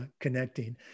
connecting